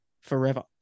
forever